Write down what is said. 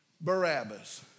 Barabbas